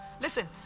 listen